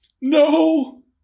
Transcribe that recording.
No